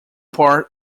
part